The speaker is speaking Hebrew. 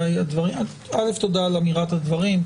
תודה על אמירת הדברים,